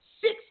six